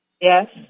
Yes